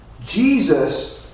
Jesus